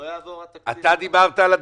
לא יעבור התקציב ב --- מיקי,